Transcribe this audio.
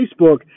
Facebook